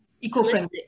eco-friendly